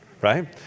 right